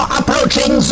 approaching